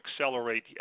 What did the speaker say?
accelerate